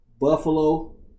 Buffalo